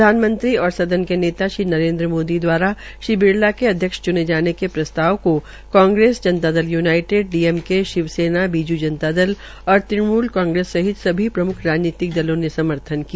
प्रधानमंत्री और सदन के नेता श्री नरेन्द्र मोदी दवारा श्री बिरला के अध्यक्ष चने जाने के प्रस्ताव को Congress Janata Dal united D M K Shiv Sena Biju Janata Dal और त्रिनमूल कांग्रेस सहित सभी प्रमुख राजनीतिक दलों ने समर्थन किया